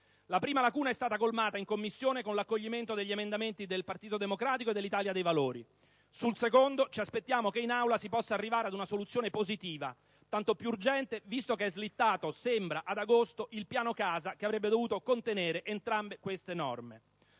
La prima lacuna è stata colmata in Commissione con l'accoglimento degli emendamenti presentati dai Gruppi del Partito Democratico e dell'Italia dei Valori; sulla seconda ci aspettiamo che in Aula si possa arrivare ad una soluzione positiva, tanto più urgente visto che sembra sia slittato ad agosto il piano casa che avrebbe dovuto contenere entrambe le norme.